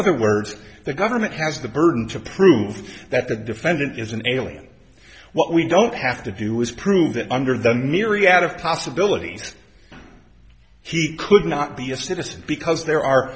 other words the government has the burden to prove that the defendant is an alien what we don't have to do is prove that under the near riyadh of possibilities he could not be a citizen because there are